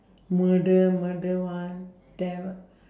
murder murder one devil